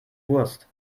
wurst